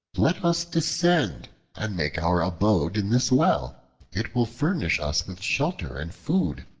let us descend and make our abode in this well it will furnish us with shelter and food.